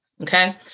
okay